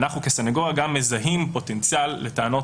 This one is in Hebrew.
אנחנו כסנגוריה גם מזהים פוטנציאל לטענות